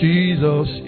Jesus